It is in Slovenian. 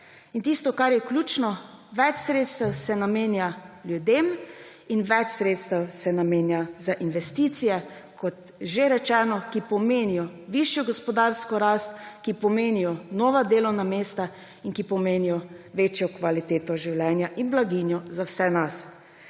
In tisto, kar je ključno – več sredstev se namenja ljudem in več sredstev se namenja za investicije, kot že rečeno, ki pomenijo višjo gospodarsko rast, ki pomenijo nova delovna mesta in ki pomenijo večjo kvaliteto življenja in blaginjo za vse nas.